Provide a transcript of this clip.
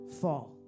fall